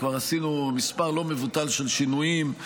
וכבר עשינו מספר לא מבוטל של שינויים,